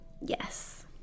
Yes